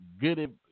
good